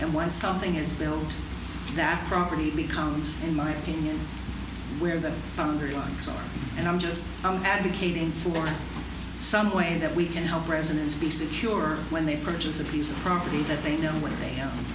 and when something is built that property becomes in my opinion where the foundry on its own and i'm just i'm advocating for some way that we can help residents be secure when they purchase a piece of property that they know whe